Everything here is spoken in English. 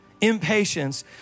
impatience